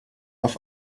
auf